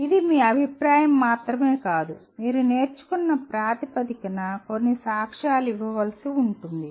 ఇది మీ అభిప్రాయం మాత్రమే కాదు మీరు నేర్చుకున్న ప్రాతిపదికన కొన్ని సాక్ష్యాలు ఇవ్వవలసి ఉంటుంది